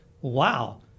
wow